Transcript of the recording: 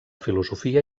filosofia